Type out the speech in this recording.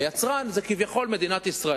היצרן זה כביכול מדינת ישראל.